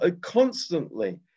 constantly